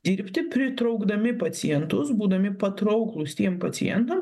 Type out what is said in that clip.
dirbti pritraukdami pacientus būdami patrauklūs tiem pacientam